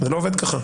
זה לא עובד כך.